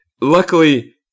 Luckily